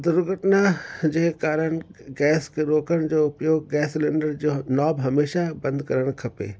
दुर्घटना जे कारण गैस खे रोकण जो उपयोग गैस सिलेंडर जो नॉब हमेशह बंदि करणु खपे